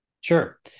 Sure